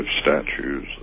statues